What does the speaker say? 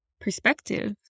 perspective